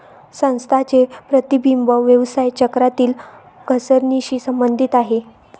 संस्थांचे प्रतिबिंब व्यवसाय चक्रातील घसरणीशी संबंधित आहे